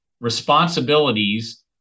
responsibilities